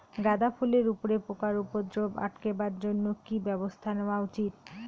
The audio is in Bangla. গাঁদা ফুলের উপরে পোকার উপদ্রব আটকেবার জইন্যে কি ব্যবস্থা নেওয়া উচিৎ?